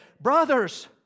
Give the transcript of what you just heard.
Brothers